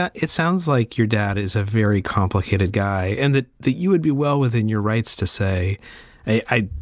ah it's sounds like your dad is a very complicated guy and that that you would be well within your rights to say i.